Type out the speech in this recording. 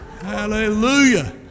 Hallelujah